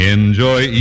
Enjoy